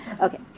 Okay